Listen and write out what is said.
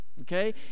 okay